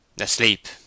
Asleep